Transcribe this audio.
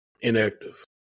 inactive